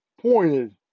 pointed